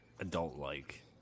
adult-like